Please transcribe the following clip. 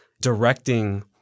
directing